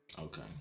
Okay